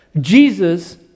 Jesus